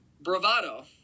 Bravado